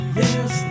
yes